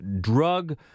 drug